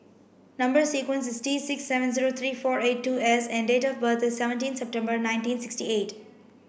number sequence is T six seven zero three four eight two S and date of birth is seventeen September nineteen sixty eight